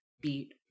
beat